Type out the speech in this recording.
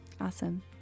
Awesome